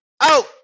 Out